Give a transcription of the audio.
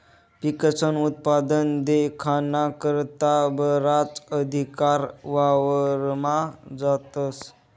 पिकस्नं उत्पादन देखाना करता बराच अधिकारी वावरमा जातस